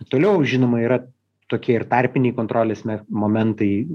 toliau žinoma yra tokie ir tarpiniai kontrolės na momentai